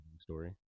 Story